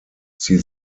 sie